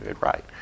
right